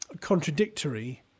contradictory